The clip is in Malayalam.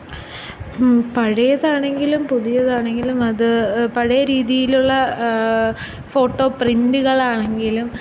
പഴയതാണെങ്കിലും പുതിയതാണെങ്കിലും അത് പഴയ രീതിയിലുള്ള ഫോട്ടോ പ്രിൻ്റുകളാണെങ്കിലും